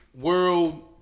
world